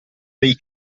dei